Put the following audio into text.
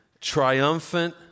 triumphant